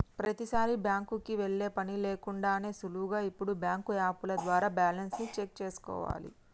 ప్రతీసారీ బ్యాంకుకి వెళ్ళే పని లేకుండానే సులువుగా ఇప్పుడు బ్యాంకు యాపుల ద్వారా బ్యాలెన్స్ ని చెక్ చేసుకోవాలే